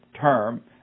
term